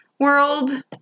world